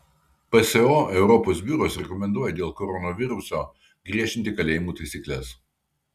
pso europos biuras rekomenduoja dėl koronaviruso griežtinti kalėjimų taisykles